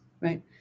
right